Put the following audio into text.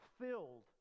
filled